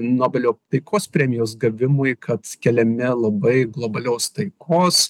nobelio taikos premijos gavimui kad keliami labai globalios taikos